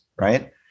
right